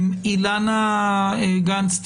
אילנה גנס,